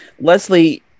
Leslie